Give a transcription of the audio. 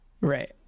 right